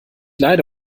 leide